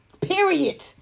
Period